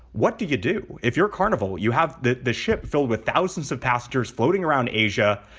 what do you do if you're carnival? you have the the ship filled with thousands of passengers floating around asia.